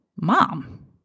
mom